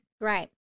Great